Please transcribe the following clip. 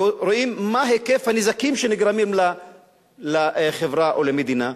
ורואים מה היקף הנזקים שנגרמים לחברה או למדינה,